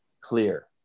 clear